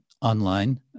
online